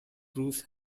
bruce